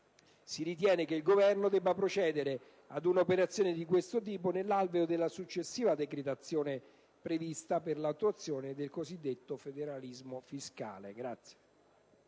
Si ritiene che il Governo debba procedere ad un'operazione di questo tipo nell'alveo della successiva decretazione prevista per l'attuazione del cosiddetto federalismo fiscale.